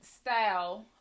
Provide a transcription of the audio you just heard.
style